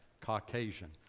Caucasian